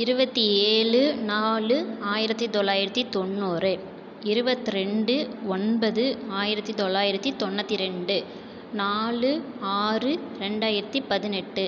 இருபத்தி ஏழு நாலு ஆயிரத்தி தொள்ளாயிரத்தி தொண்ணூறு இருவத்தி ரெண்டு ஒன்பது ஆயிரத்தி தொள்ளாயிரத்தி தொண்ணற்றி ரெண்டு நாலு ஆறு ரெண்டாயிரத்தி பதினெட்டு